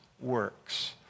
works